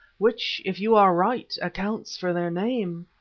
which, if you are right, accounts for their name.